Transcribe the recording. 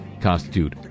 constitute